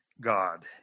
God